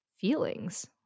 feelings